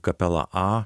kapela a